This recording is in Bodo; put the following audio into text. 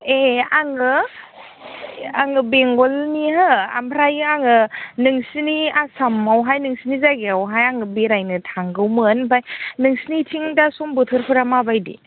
ए आङो आङो बेंगलनि हो ओमफ्राय आङो नोंसोरनि आसामावहाय नोंसोरनि जायगायावहाय आङो बेरायनो थांगौमोन ओमफ्राय नोंसोरनिथिं दा सम बोथोरफोरा माबायदि